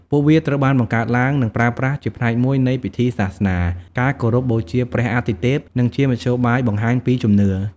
ពួកវាត្រូវបានបង្កើតឡើង និងប្រើប្រាស់ជាផ្នែកមួយនៃ ពិធីសាសនា ការគោរពបូជាព្រះអាទិទេព និងជាមធ្យោបាយបង្ហាញពីជំនឿ។